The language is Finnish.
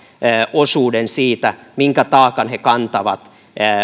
osuuden siitä minkä taakan ne kantavat